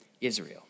Israel